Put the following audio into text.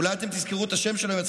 אולי אתם תזכרו את השם שלו,